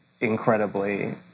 incredibly